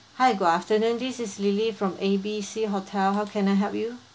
hi good afternoon this is lily from A B C hotel how can I help you